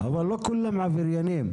אבל לא כולם עבריינים.